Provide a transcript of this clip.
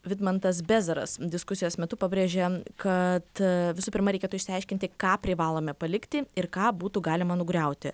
vidmantas bezaras diskusijos metu pabrėžė kad visų pirma reikėtų išsiaiškinti ką privalome palikti ir ką būtų galima nugriauti